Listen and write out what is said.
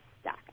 stuck